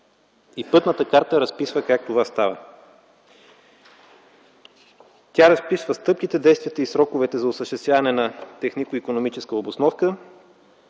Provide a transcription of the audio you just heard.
Пътната карта разписва как става това. Тя разписва стъпките, действията и сроковете за осъществяване на технико-икономическа обосновка,